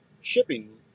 shipping